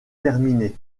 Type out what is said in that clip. terminé